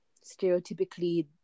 stereotypically